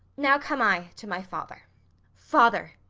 now come i to my father father,